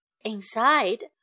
Inside